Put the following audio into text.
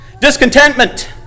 Discontentment